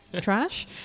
trash